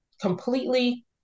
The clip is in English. Completely